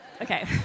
Okay